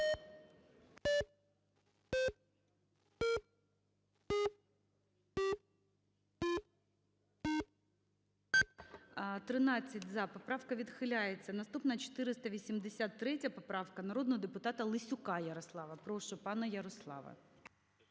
За-13 Поправка відхиляється. Наступна 483 поправка народного депутата Лесюка Ярослава. Прошу, пане Ярославе.